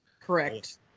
Correct